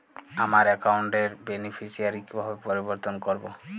আমার অ্যাকাউন্ট র বেনিফিসিয়ারি কিভাবে পরিবর্তন করবো?